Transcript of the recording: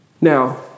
Now